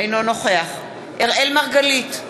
אינו נוכח אראל מרגלית,